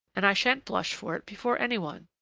and i shan't blush for it before any one.